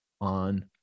on